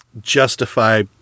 justify